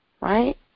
Right